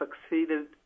succeeded